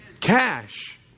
Cash